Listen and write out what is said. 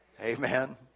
Amen